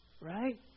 Right